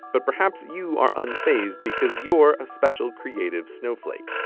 but perhaps you are unfazed because you're a special creative snowflake.